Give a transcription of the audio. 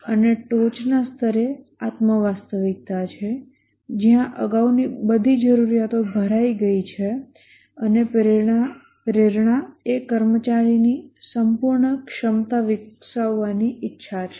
અને ટોચનાં સ્તરે આત્મ વાસ્તવિકતા છે જ્યાં અગાઉની બધી જરૂરિયાતો ભરાઈ ગઈ છે અને પ્રેરણા એ કર્મચારીની સંપૂર્ણ ક્ષમતા વિકસાવવાની ઇચ્છા છે